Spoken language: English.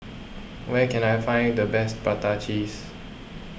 where can I find the best Prata Cheese